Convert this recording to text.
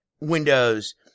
Windows